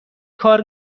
کار